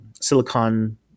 Silicon